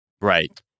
Right